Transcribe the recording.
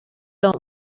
dont